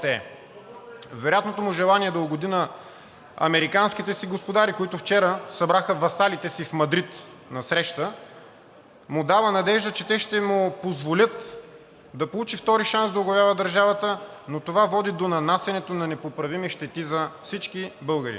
Вероятното му желание да угоди на американските си господари, които вчера събраха васалите си в Мадрид на среща, му дава надежда, че те ще му позволят да получи втори шанс да оглавява държавата, но това води до нанасянето на непоправими щети за всички българи.